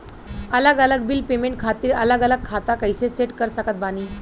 अलग अलग bill payment खातिर अलग अलग खाता कइसे सेट कर सकत बानी?